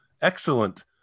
excellent